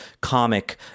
comic